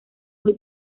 muy